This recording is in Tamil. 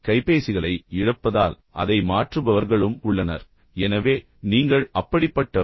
ஆனால் கைபேசிகளை இழப்பதால் அதை மாற்றுபவர்களும் உள்ளனர் எனவே நீங்கள் அப்படிப்பட்டவரா